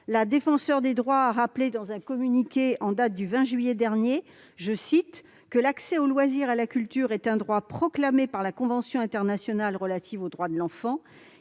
La Défenseure des droits l'a rappelé dans un communiqué en date du 20 juillet dernier, « l'accès aux loisirs et à la culture est un droit proclamé par la Convention internationale relative aux droits de l'enfant.